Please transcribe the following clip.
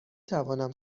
توانم